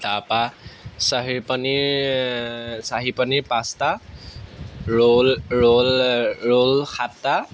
তাৰপৰা চাহি পানীৰ চাহি পানীৰ পাঁচটা ৰ'ল ৰ'ল ৰ'ল সাতটা